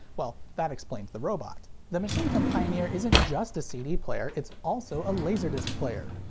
well that explains the robot. the machine from pioneer isn't just a cd player. it's also a laserdisc player.